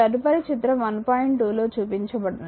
2 లో చూపించబడినది